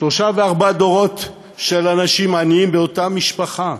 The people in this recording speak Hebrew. שלושה וארבעה דורות של אנשים עניים באותה משפחה.